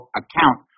account